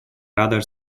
rather